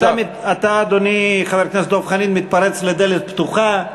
אתה, אדוני חבר הכנסת דב חנין, מתפרץ לדלת פתוחה.